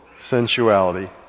sensuality